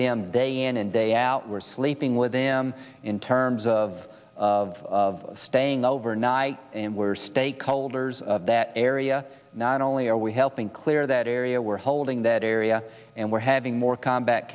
them day in and day out we're sleeping with them in terms of staying overnight and we're stakeholders of that area not only are we helping clear that area we're holding that area and we're having more combat